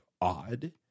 odd